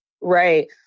Right